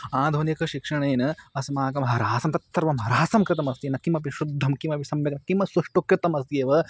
आधुनिकशिक्षणेन अस्माकं ह्रासं तत् सर्वं ह्रासं कृतमस्ति न किमपि शुद्धं किमपि सम्यक् किं सुष्ठुः कृतमस्ति एव